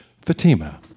Fatima